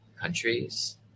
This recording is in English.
countries